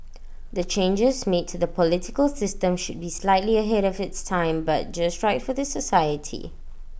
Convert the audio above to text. the changes made to the political system should be slightly ahead of its time but just right for the society